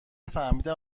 فهمیدم